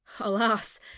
alas